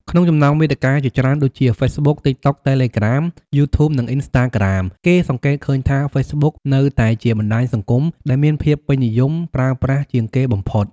ក្នុងចំណោមវេទិកាជាច្រើនដូចជា ហ្វេសប៊ុក ទីកតុក តេឡេក្រាម យូ ធូប និង អ៊ីនស្តាក្រាម គេសង្កេតឃើញថា ហ្វេសប៊ុក នៅតែជាបណ្តាញសង្គមដែលមានភាពពេញនិយមប្រើប្រាស់ជាងគេបំផុត។